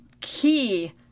key